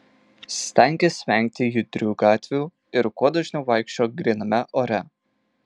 stenkis vengti judrių gatvių ir kuo dažniau vaikščiok gryname ore